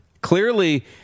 Clearly